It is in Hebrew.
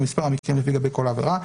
ומספר המקרים לגבי כל עבירה,